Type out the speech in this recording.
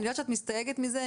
אני יודעת שאת מסתייגת מזה,